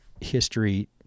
history